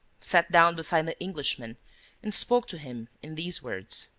sat down beside the englishman and spoke to him in these words